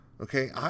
Okay